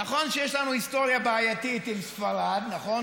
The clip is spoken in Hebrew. נכון שיש לנו היסטוריה בעייתית עם ספרד, נכון?